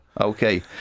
okay